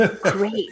Great